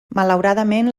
malauradament